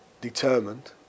determined